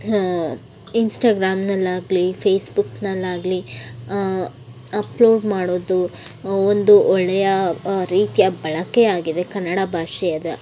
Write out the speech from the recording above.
ಇನ್ಸ್ಟಗ್ರಾಮ್ನ್ನಲ್ಲಾಗಲಿ ಫೇಸ್ಬುಕ್ನ್ನಲ್ಲಾಗಲಿ ಅಪ್ಲೋಡ್ ಮಾಡೋದು ಒಂದು ಒಳ್ಳೆಯ ರೀತಿಯ ಬಳಕೆ ಆಗಿದೆ ಕನ್ನಡ ಭಾಷೆಯ